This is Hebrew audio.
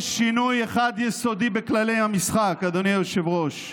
יש שינוי אחד יסודי בכללי המשחק, אדוני היושב-ראש: